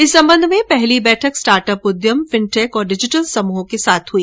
इस संबंध में पहली बैठक स्टार्टअप उद्यम फिनटेक और डिजिटल समूहों के साथ हई